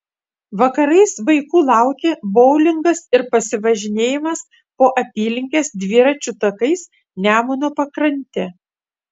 vakarais vaikų laukia boulingas ir pasivažinėjimas po apylinkes dviračių takais nemuno pakrante